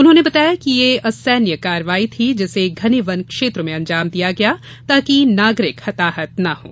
उन्होंने बताया कि यह असैन्य कार्रवाई थी जिसे घने वन क्षेत्र में अंजाम दिया गया ताकि नागरिक हताहत न हों